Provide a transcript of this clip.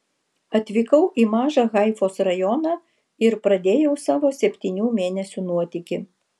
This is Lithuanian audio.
atvykau į mažą haifos rajoną ir pradėjau savo septynių mėnesių nuotykį